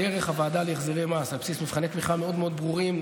דרך הוועדה להחזרי מס על בסיס מבחני תמיכה מאוד מאוד ברורים,